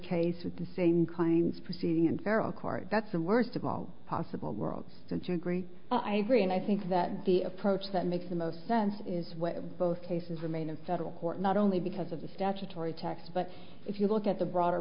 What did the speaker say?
case with the same claims proceeding in feral court that's the worst of all possible worlds since you agree i agree and i think that the approach that makes the most sense is what both cases remain in federal court not only because of the statutory text but if you look at the broader